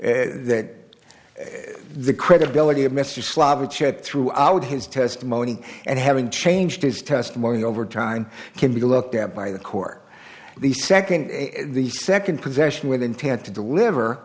that that the credibility of mr slava chip throughout his testimony and having changed his testimony over time can be looked at by the court the second the second possession with intent to deliver